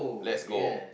let's go